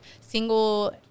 single